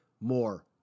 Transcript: more